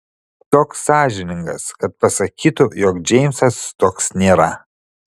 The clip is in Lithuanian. toks sąžiningas kad pasakytų jog džeimsas toks nėra